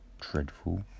dreadful